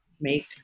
make